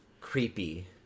creepy